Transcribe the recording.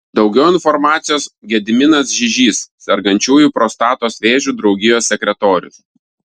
daugiau informacijos gediminas žižys sergančiųjų prostatos vėžiu draugijos sekretorius